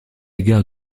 gare